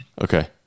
Okay